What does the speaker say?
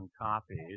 copies